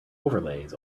overlays